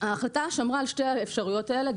ההחלטה שמרה על שתי האפשרויות האלה,